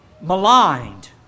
maligned